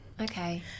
Okay